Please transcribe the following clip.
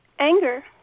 Anger